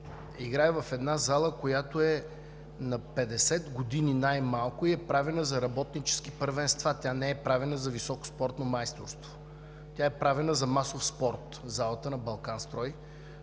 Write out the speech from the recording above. играе в една зала, която е на 50 години най-малко и е правена за работнически първенства. Тя не е правена за високо спортно майсторство. Тя е правена за масов спорт – залата на „Балканстрой“